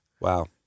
Wow